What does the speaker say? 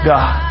God